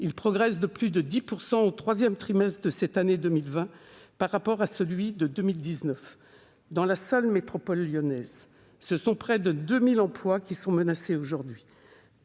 il progresse de plus de 10 % au troisième trimestre de cette année 2020 par rapport à celui de 2019. Dans la seule métropole lyonnaise, près de 2 000 emplois sont désormais